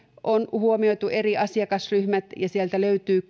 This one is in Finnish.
on huomioitu eri asiakasryhmät ja sieltä löytyy